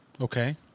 Okay